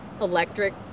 electric